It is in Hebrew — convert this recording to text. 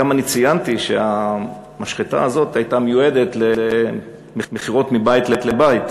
גם אני ציינתי שהמשחטה הזאת הייתה מיועדת למכירות מבית לבית,